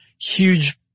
huge